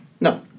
No